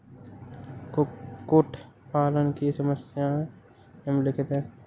कुक्कुट पालन की समस्याएँ निम्नलिखित हैं